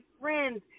friends